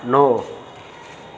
नओ